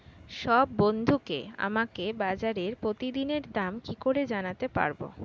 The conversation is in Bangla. সব বন্ধুকে আমাকে বাজারের প্রতিদিনের দাম কি করে জানাতে পারবো?